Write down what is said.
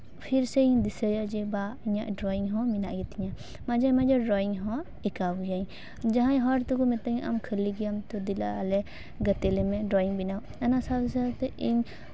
ᱯᱷᱤᱨ ᱥᱮᱧ ᱫᱤᱥᱟᱹᱭᱟ ᱡᱮ ᱵᱟ ᱤᱧᱟᱹᱜ ᱰᱨᱚᱭᱤᱝ ᱦᱚᱸ ᱢᱮᱱᱟᱜ ᱜᱮᱛᱤᱧᱟᱹ ᱢᱟᱡᱷᱮ ᱢᱟᱡᱷᱮ ᱰᱨᱚᱭᱤᱝ ᱦᱚᱸ ᱟᱸᱠᱟᱣ ᱜᱮᱭᱟᱹᱧ ᱡᱟᱦᱟᱸᱭ ᱦᱚᱲ ᱫᱚᱠᱚ ᱢᱤᱛᱟᱹᱧᱟ ᱟᱢ ᱠᱷᱟᱹᱞᱤ ᱜᱮᱭᱟᱢ ᱛᱚ ᱫᱮᱞᱟ ᱟᱞᱮ ᱜᱟᱛᱮ ᱞᱮᱢᱮ ᱰᱨᱚᱭᱤᱝ ᱵᱮᱱᱟᱣ ᱚᱱᱟ ᱥᱟᱶ ᱥᱟᱶᱛᱮ ᱤᱧ